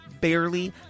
barely